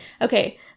Okay